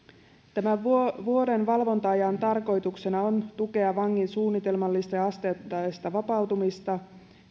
vuoden valvonta ajan tarkoituksena on tukea vangin suunnitelmallista ja asteittaista vapautumista